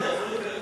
אדוני השר,